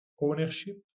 ownership